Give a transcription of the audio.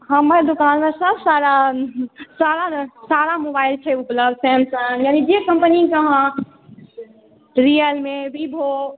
हमर दोकानमे सब सारा मोबाइल छै उपलब्ध सैमसंग यानि जे कम्पनीके अहाँ रिअल मी वीवो